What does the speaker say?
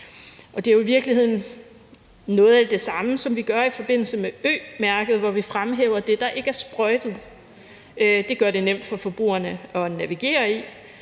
det er jo i virkeligheden noget af det samme, som vi gør i forbindelse med Ø-mærket, hvor vi fremhæver det, der ikke er sprøjtet. Det gør det nemt for forbrugerne at navigere i,